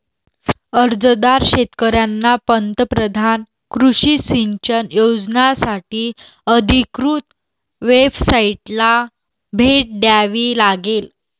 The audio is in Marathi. अर्जदार शेतकऱ्यांना पंतप्रधान कृषी सिंचन योजनासाठी अधिकृत वेबसाइटला भेट द्यावी लागेल